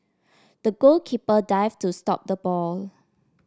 the goalkeeper dived to stop the ball